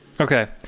Okay